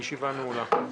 הישיבה נעולה.